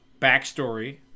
backstory